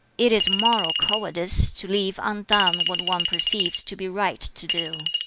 it is moral cowardice to leave undone what one perceives to be right to do.